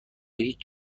هیچ